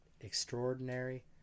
extraordinary